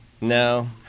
No